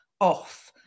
off